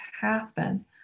happen